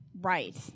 Right